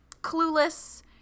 Clueless